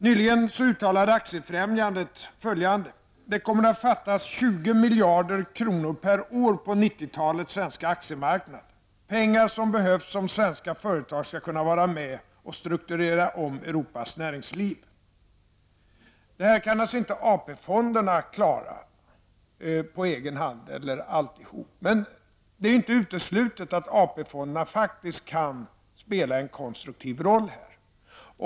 Nyligen uttalade aktiefrämjandet följande: Det kommer att fattas 20 miljarder kronor per år på 1990-talets svenska aktiemarknad -- pengar som behövs om svenska företag skall kunna vara med och strukturera om Europas näringsliv. AP fonderna kan naturligtvis inte klara allt detta på egen hand. Men det är inte uteslutet att AP fonderna här kan spela en konstruktiv roll.